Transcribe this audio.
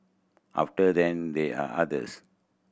after then there are others